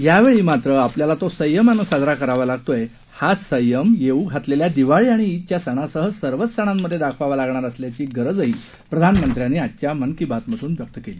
यावेळी मात्र आपल्याला तो संयमानं साजरा करावा लागतोय हाच संयम येऊ घातलेल्या दिवाळी आणि ईदच्या सणासह सर्वच सणांमधे दाखवावा लागणार असल्याची गरजही प्रधानमंत्र्यांनी आजच्या मन की बात मधून व्यक्त केली